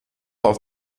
auf